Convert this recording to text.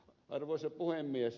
arvoisa puhemies